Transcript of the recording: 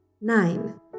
Nine